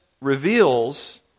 reveals